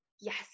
yes